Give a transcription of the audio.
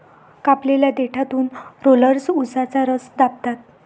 कापलेल्या देठातून रोलर्स उसाचा रस दाबतात